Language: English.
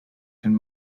can